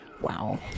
Wow